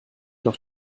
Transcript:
noch